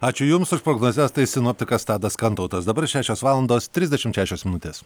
ačiū jums už prognozes sinoptikas tadas kantautas dabar šešios valandos trisdešimt šešios minutės